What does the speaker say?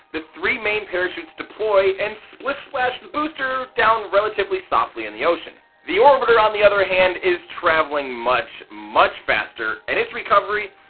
the three main parachutes deploy and splish splash the and booster down relatively softly in the ocean. the orbiter on the other hand is traveling much, much faster and its recovery,